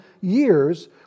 years